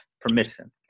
permission